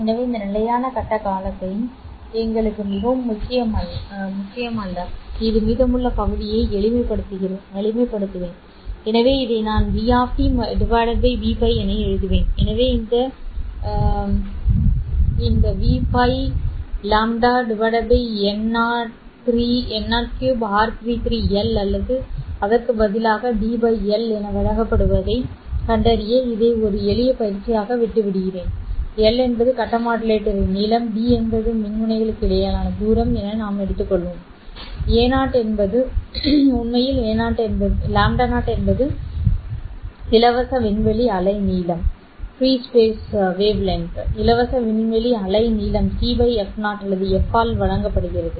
எனவே இந்த நிலையான கட்ட காலத்தை எங்களுக்கு மிகவும் முக்கியமல்ல இந்த மீதமுள்ள பகுதியை எளிமைப்படுத்துவேன் எனவே இதை நான் v Vπ என எழுதுவேன் எனவே இதை எழுதுவேன் அல்லது இதை நான் πv Vπ பின்னர் இந்த Vπ λ n03r33 L அல்லது அதற்கு பதிலாக d L என வழங்கப்படுவதைக் கண்டறிய இதை ஒரு எளிய பயிற்சியாக விட்டுவிடுவேன் L என்பது கட்ட மாடுலேட்டரின் நீளம் d என்பது மின்முனைகளுக்கு இடையிலான தூரம் நாம் எடுத்துள்ளோம் actually0 உண்மையில் λ0 என்பது இலவச விண்வெளி அலை நீளம் இலவச விண்வெளி அலைநீளம் c f0 அல்லது f ஆல் வழங்கப்படுகிறது